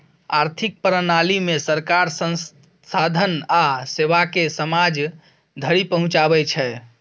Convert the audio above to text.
आर्थिक प्रणालीमे सरकार संसाधन आ सेवाकेँ समाज धरि पहुंचाबै छै